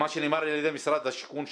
מה שנאמר על ידי משרד השיכון,